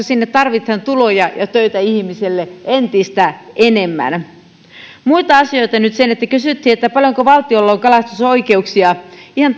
sinne tarvitaan tuloja ja töitä ihmisille entistä enemmän muita asioita kysyttiin paljonko valtiolla on kalastusoikeuksia ihan